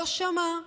לא שמע,